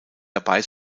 dabei